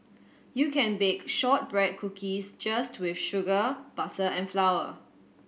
you can bake shortbread cookies just with sugar butter and flour